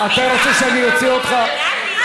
צריך להתבייש, ביום האישה, תודה.